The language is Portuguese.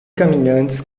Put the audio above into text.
caminhantes